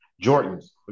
Jordan's